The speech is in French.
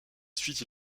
suite